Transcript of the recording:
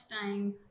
time